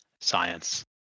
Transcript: science